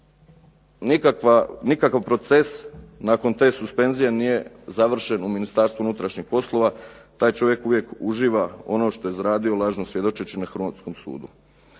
nikakav proces nakon te suspenzije nije završen u Ministarstvu unutrašnjih poslova, taj čovjek uvijek uživa ono što je zaradio lažno svjedočeći na …/Govornik